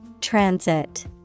Transit